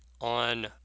on